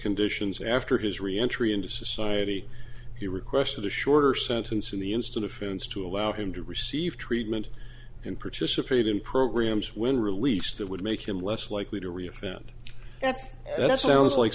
conditions after his reentry into society he requested a shorter sentence in the instant offense to allow him to receive treatment and participate in programs when released that would make him less likely to re offend that's that sounds like